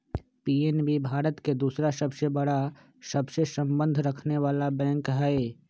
PNB Bharat के दूसरा सबसे बड़ा सबसे संबंध रखनेवाला बैंक हई